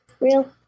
real